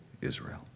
Israel